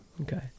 Okay